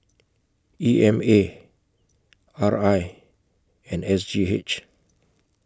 E M A R I and S G H